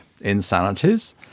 insanities